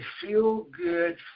feel-good